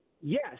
Yes